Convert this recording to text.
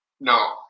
No